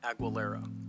Aguilera